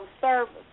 service